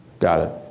got it.